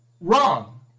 wrong